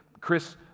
Chris